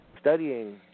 studying